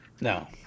No